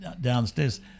downstairs